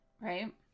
right